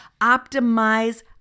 optimize